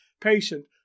patient